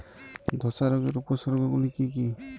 ধসা রোগের উপসর্গগুলি কি কি?